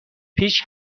پیش